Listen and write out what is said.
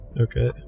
Okay